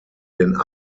den